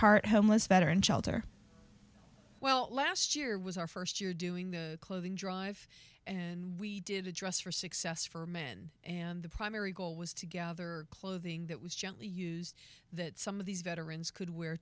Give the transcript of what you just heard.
heart homeless veteran shelter well last year was our first year doing the clothing drive and we did a dress for success for men and the primary goal was to gather clothing that was gently used that some of these veterans could w